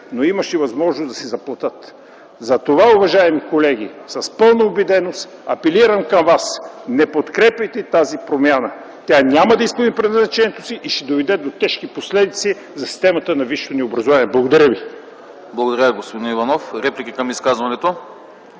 но имащи възможност да си заплатят. Затова, уважаеми колеги, с пълна убеденост апелирам към вас – не подкрепяйте тази промяна. Тя няма да изпълни предназначението си и ще доведе до тежки последици за системата на висшето ни образование. Благодаря ви. ПРЕДСЕДАТЕЛ АНАСТАС АНАСТАСОВ: Благодаря, господин Иванов. Има ли реплики към изказването?